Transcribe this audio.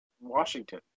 Washington